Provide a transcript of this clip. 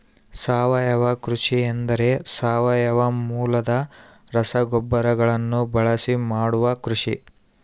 ಸಾವಯವ ಕೃಷಿ ಎಂದರೆ ಸಾವಯವ ಮೂಲದ ರಸಗೊಬ್ಬರಗಳನ್ನು ಬಳಸಿ ಮಾಡುವ ಕೃಷಿ